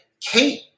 Kate